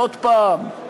עוד פעם,